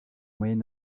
moyen